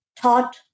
taught